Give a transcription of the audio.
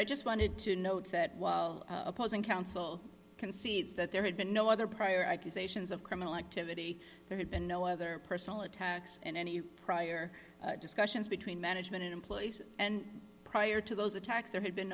i just wanted to note that while opposing counsel concedes that there had been no other prior ickes ations of criminal activity there had been no other personal attacks in any prior discussions between management and employees and prior to those attacks there had been